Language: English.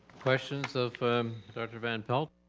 questions of dr. van pelt?